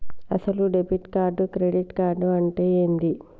అసలు debit card credit card అంటే ఏంది?